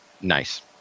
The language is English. nice